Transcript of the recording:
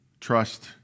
trust